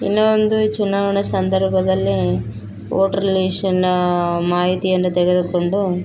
ಇನ್ನ ಒಂದು ಚುನಾವಣೆ ಸಂದರ್ಭದಲ್ಲಿ ವೋಟ್ರ್ ಲಿಸ್ಟನ್ನ ಮಾಹಿತಿಯನ್ನು ತೆಗೆದುಕೊಂಡು